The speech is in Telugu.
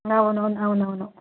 అవును అవును అవును అవును